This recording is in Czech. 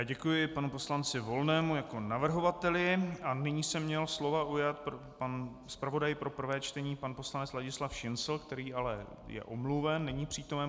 Děkuji panu poslanci Volnému jako navrhovateli a nyní se měl slova ujmout pan zpravodaj pro prvé čtení pan poslanec Ladislav Šincl, který ale je omluven, není přítomen.